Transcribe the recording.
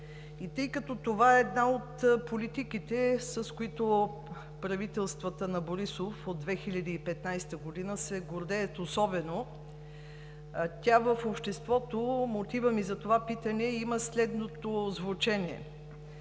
Тъй като това е една от политиките, с които правителствата на Борисов от 2015 г. се гордеят особено, мотивът ми за това питане има следното звучене: